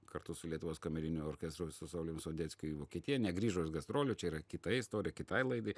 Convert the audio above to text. kartu su lietuvos kameriniu orkestru su sauliumi sondeckiu į vokietiją negrįžo iš gastrolių čia yra kita istorija kitai laidai